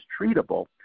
treatable